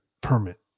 permit